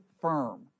firm